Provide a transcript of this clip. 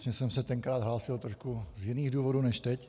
Já jsem se tenkrát hlásil trošku z jiných důvodů než teď.